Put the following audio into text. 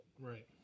Right